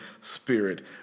spirit